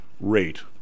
rate